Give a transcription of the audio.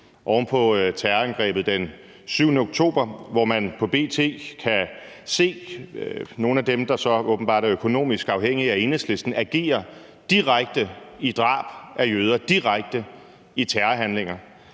oven på terrorangrebet den 7. oktober, hvor man i B.T. kan se nogle af dem, der så åbenbart er økonomisk afhængige af Enhedslisten, agere direkte i drab af jøder, direkte i terrorhandlinger.